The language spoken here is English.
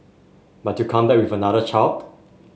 but you come back with another child